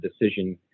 decision